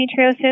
endometriosis